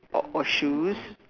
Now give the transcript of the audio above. or or shoes